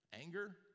Anger